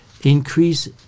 increase